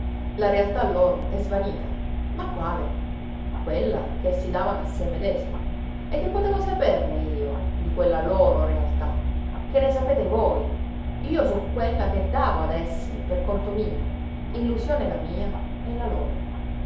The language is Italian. la realtà loro è svanita ma quale quella ch'essi davano a se medesimi e che potevo saperne io di quella loro realtà che ne sapete voi io so quella che davo ad essi per conto mio illusione la mia e la loro